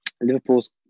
Liverpool's